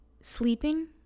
sleeping